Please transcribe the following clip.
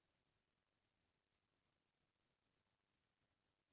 UPI सेवाएं का होथे?